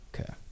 Okay